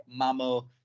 Mamo